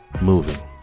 moving